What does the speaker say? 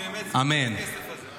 כי באמת צריכים את הכסף הזה.